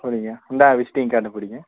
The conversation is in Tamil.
பிடிங்க இந்தாங்க விசிஸ்டிங் கார்டை பிடிங்க